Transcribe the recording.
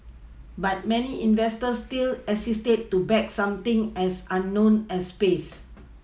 but many investors still hesitate to back something as unknown as space